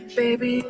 baby